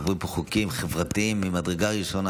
עוברים פה חוקים חברתיים ממדרגה ראשונה,